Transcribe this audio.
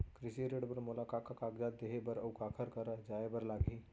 कृषि ऋण बर मोला का का कागजात देहे बर, अऊ काखर करा जाए बर लागही?